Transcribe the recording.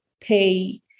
pay